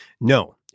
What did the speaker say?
No